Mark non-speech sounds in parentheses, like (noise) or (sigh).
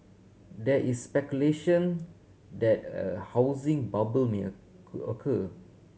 there is speculation that a housing bubble may (unintelligible) occur